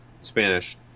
Spanish